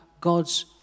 God's